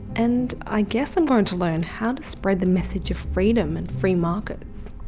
and, i guess i'm going to learn how to spread the message of freedom and free markets.